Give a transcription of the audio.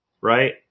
Right